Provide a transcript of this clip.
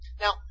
Now